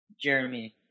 Jeremy